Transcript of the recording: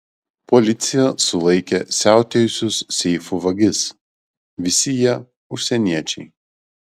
policija sulaikė siautėjusius seifų vagis visi jie užsieniečiai